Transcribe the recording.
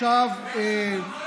חבר